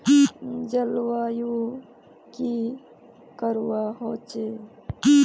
जलवायु की करवा होचे?